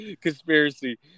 conspiracy